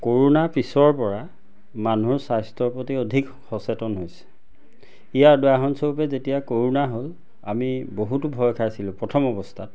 corona পিছৰ পৰা মানুহ স্বাস্থ্যৰ প্ৰতি অধিক সচেতন হৈছে ইয়াৰ উদাহৰণস্বৰূপে যেতিয়া কৰোণা হ'ল আমি বহুত ভয় খাইছিলোঁ প্ৰথম অৱস্থাত